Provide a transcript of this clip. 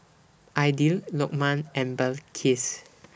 Aidil Lokman and Balqis